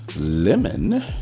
lemon